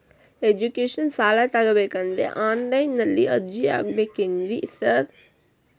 Education ಸಾಲ ತಗಬೇಕಂದ್ರೆ online ನಲ್ಲಿ ಅರ್ಜಿ ಹಾಕ್ಬೇಕೇನ್ರಿ ಸಾರ್?